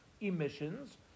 emissions